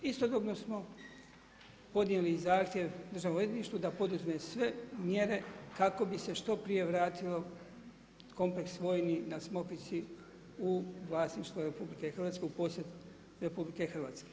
Istodobno smo podnijeli i zahtjev Državnom odvjetništvu da poduzme sve mjere kako bi se što prije vratilo kompleks vojni na Smokvici u vlasništvo RH u posjed RH.